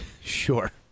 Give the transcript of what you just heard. Sure